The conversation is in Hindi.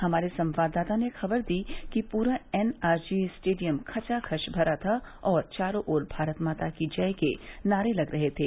हमारे संवाददाता ने खबर दी कि पूरा एन आर जी स्टेडियम खचाखच भरा था और चारो ओर भारत माता की जय के नारे लग रहे थे